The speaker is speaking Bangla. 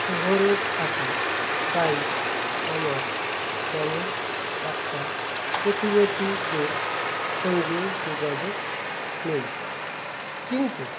শহরে থাকি তাই আমার তেমন একটা প্রতিবেশীদের সঙ্গে যোগাযোগ নেই কিন্তু